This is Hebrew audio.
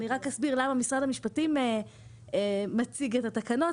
אני רק אסביר למה משרד המשפטים מציג את התקנות.